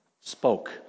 spoke